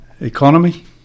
economy